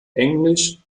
englisch